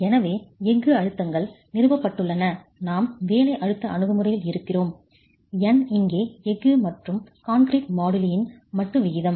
எனவே எஃகு அழுத்தங்கள் நிறுவப்பட்டுள்ளன நாம் வேலை அழுத்த அணுகுமுறையில் இருக்கிறோம் n இங்கே எஃகு மற்றும் கான்கிரீட் மாடுலியின் மட்டு விகிதம்